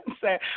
say